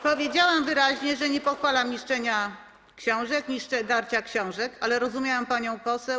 Powiedziałam wyraźnie, że nie pochwalam niszczenia książek, darcia książek, ale rozumiałam panią poseł.